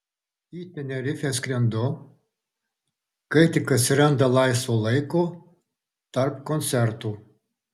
į tenerifę skrendu kai tik atsiranda laisvo laiko tarp koncertų